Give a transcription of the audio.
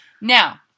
Now